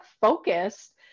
focused